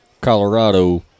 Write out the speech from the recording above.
Colorado